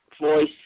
voice